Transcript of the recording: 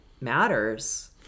matters